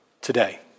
today